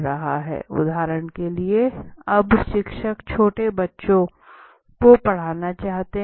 उदाहरण के लिए अब शिक्षक छोटे बच्चों को पढ़ाना चाहते हैं